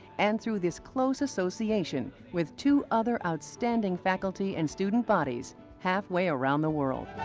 and through this close association with two other outstanding faculty and student bodies halfway around the world.